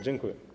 Dziękuję.